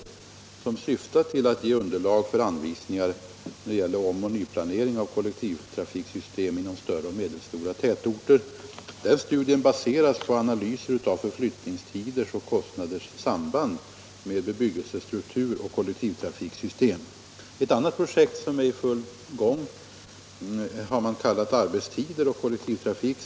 Projektet syftar till att ge underlag för anvisningar när det gäller omoch nyplanering av kollektivtrafiksystem inom större och medelstora tätorter. Den studien baseras på analyser av förflyttningstiders och kostnaders samband med bebyggelsestruktur och kollektivtrafiksystem. Ett annat projekt som är i full gång har man kallat Arbetstider och kollektivtrafik.